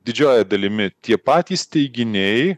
didžioja dalimi tie patys teiginiai